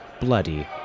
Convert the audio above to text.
bloody